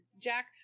Jack